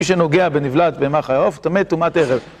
מי שנוגע בנבלת בהמה חיה או עוף, טמא טומאת ערב.